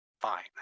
fine